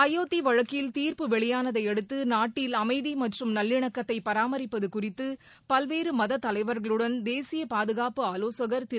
அயோத்தி வழக்கில் தீர்ப்பு வெளியானதையடுத்து நாட்டில் அமைதி மற்றும் நல்லிணக்கத்தை பராமிப்பது குறித்து பல்வேறு மத தலைவர்களுடன் தேசிய பாதுகாப்பு ஆலோசகள் திரு